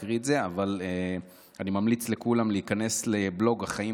אבל אני ממליץ לכולם להיכנס לבלוג "החיים על פי מאי",